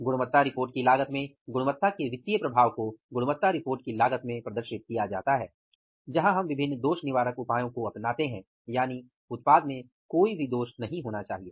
गुणवत्ता रिपोर्ट की लागत में गुणवत्ता के वित्तीय प्रभाव को गुणवत्ता रिपोर्ट की लागत में प्रदर्शित किया जाता है जहाँ हम विभिन्न दोष निवारक उपाय अपनाते हैं यानि उत्पाद में कोई दोष नहीं होना चाहिए